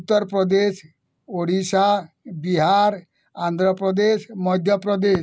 Uttar Pradesh Odisha Bihar Andhra Pradesh Madhya Pradesh